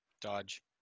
Dodge